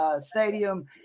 Stadium